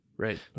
Right